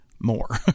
more